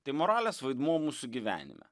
tai moralės vaidmuo mūsų gyvenime